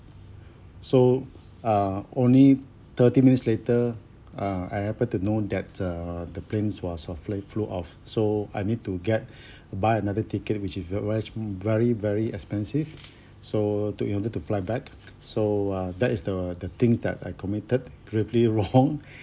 so uh only thirty minutes later uh I happened to know that the the plane was already flew off so I need to get buy another ticket which is very very expensive so to in order to fly back so uh that is the the thing that I committed gravely wrong